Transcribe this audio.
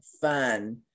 fun